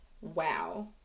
wow